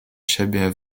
siebie